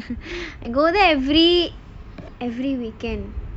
I go there every every weekend